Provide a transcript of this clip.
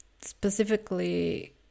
specifically